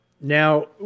Now